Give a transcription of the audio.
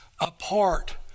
apart